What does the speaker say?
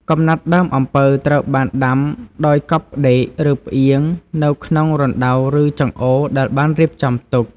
កំណាត់ដើមអំពៅត្រូវបានដាំដោយ កប់ផ្ដេក ឬ ផ្អៀង នៅក្នុងរណ្តៅឬចង្អូរដែលបានរៀបចំទុក។